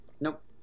Nope